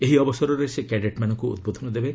ଏହି ଅବସରରେ ସେ କ୍ୟାଡେଟ୍ମାନଙ୍କୁ ଉଦ୍ବୋଧନ ଦେବେ